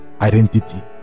identity